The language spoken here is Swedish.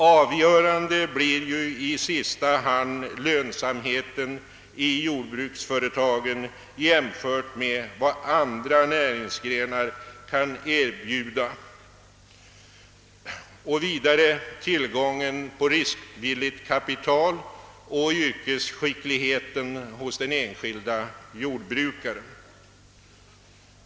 Avgörande blir i sista hand lönsamheten i jordbruksföretagen jämfört med vad andra näringsgrenar kan erbjuda, tillgången på riskvilligt kapital samt yrkesskickligheten hos den enskilde jordbrukaren.